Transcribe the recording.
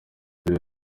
ibi